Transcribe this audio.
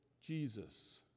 Jesus